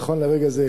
נכון לרגע זה,